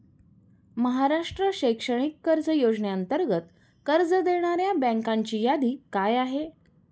महाराष्ट्र शैक्षणिक कर्ज योजनेअंतर्गत कर्ज देणाऱ्या बँकांची यादी काय आहे?